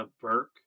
Burke